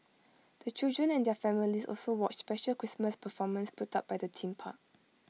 the children and their families also watched special Christmas performances put up by the theme park